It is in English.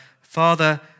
Father